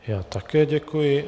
Já také děkuji.